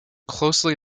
closely